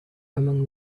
among